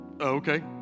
Okay